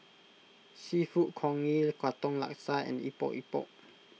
Seafood Congee Katong Laksa and Epok Epok